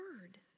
word